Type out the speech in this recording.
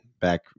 back